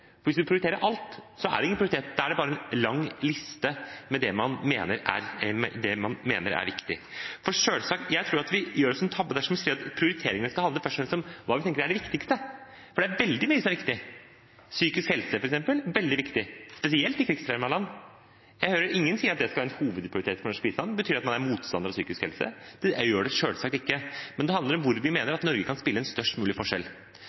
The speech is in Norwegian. for hvis vi prioriterer alt, er det ingen prioritet, da er det bare en lang liste med det man mener er viktig. Jeg tror vi gjør en tabbe dersom vi sier at prioriteringene først og fremst skal handle om hva vi tenker er det viktigste, for det er veldig mye som er viktig. Psykisk helse, f.eks., er veldig viktig, spesielt i krigsrammede land. Jeg hører ingen si at det skal være en hovedprioritet for norsk bistand. Betyr det at man er motstander av psykisk helse? Det gjør det selvsagt ikke. Dette handler om hvor vi mener at Norge kan gjøre en størst mulig forskjell.